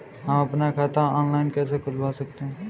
हम अपना खाता ऑनलाइन कैसे खुलवा सकते हैं?